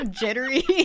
jittery